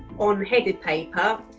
on headed paper,